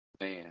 Man